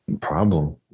problem